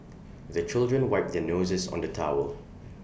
the children wipe their noses on the towel